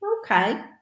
Okay